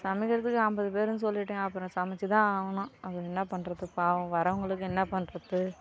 சமைக்கிறதுக்கு ஐம்பது பேருன்னு சொல்லிவிட்டேன் அப்பறம் சமச்சு தான் ஆகணும் அப்புறம் என்ன பண்றது பாவம் வரவுங்களுக்கு என்ன பண்றது